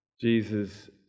Jesus